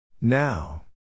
Now